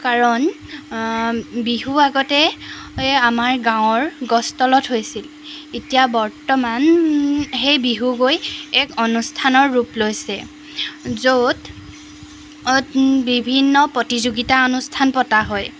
কাৰণ বিহু আগতে আমাৰ গাঁৱৰ গছ তলত হৈছিল এতিয়া বৰ্তমান সেই বিহু গৈ এক অনুষ্ঠানৰ ৰূপ লৈছে য'ত বিভিন্ন প্ৰতিযোগিতা অনুষ্ঠান পতা হয়